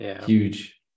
huge